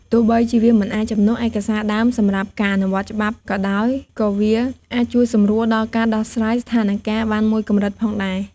ទោះបីជាវាមិនអាចជំនួសឯកសារដើមសម្រាប់ការអនុវត្តច្បាប់ក៏ដោយ ក៏វាអាចជួយសម្រួលដល់ការដោះស្រាយស្ថានការណ៍បានមួយកម្រិតផងដែរ។